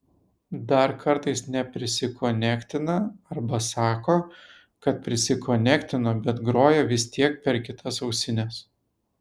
dar kartais neprisikonektina arba sako kad prisikonektino bet groja vis tiek per kitas ausines